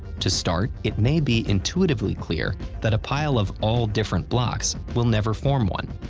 to start, it may be intuitively clear that a pile of all different blocks will never form one.